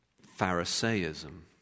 Pharisaism